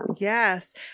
Yes